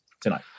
tonight